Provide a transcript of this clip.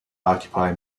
occupy